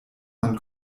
man